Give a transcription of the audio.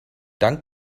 dank